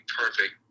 perfect